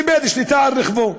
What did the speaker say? איבד שליטה על רכבו,